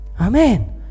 Amen